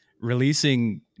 releasing